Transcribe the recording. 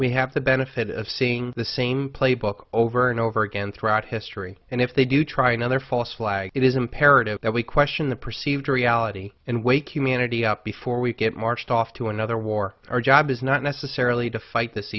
we have the benefit of seeing the same playbook over and over again throughout history and if they do try another false flag it is imperative that we question the perceived reality and wake humanity up before we get marched off to another war our job is not necessarily to fight this